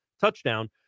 touchdown